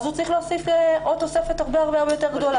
הוא צריך להוסיף תוספת הרבה יותר גדולה.